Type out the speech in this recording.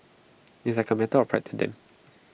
it's like A matter of pride to them